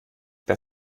der